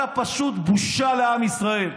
אתה פשוט בושה לעם ישראל.